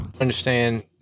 understand